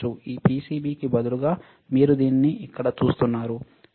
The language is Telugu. ఈ పిసిబి కి బదులుగా మీరు దీనిని ఇక్కడ చూస్తున్నారు